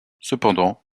cependant